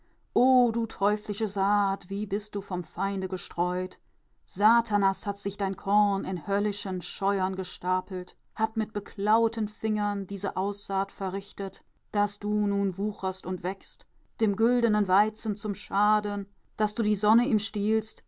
o du teuflische saat wie bist du vom feinde gestreut satanas hat sich dein korn in höllischen scheuern gestapelt hat mit beklaueten fingern diese aussaat verrichtet daß du nun wucherst und wächst dem güldenen weizen zum schaden daß du die sonne ihm stiehlst